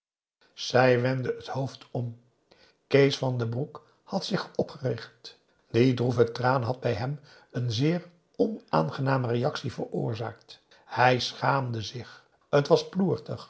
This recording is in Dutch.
zij wendde het hoofd om kees van den broek had zich opgericht die droeve traan had bij hem een zeer onaangename reactie veroorzaakt hij schaamde zich t was ploertig